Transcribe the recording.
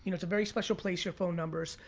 you know it's a very special place, your phone numbers.